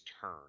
turn